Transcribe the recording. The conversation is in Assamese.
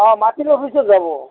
অঁ মাতিলে অফিচত যাব